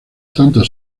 tanto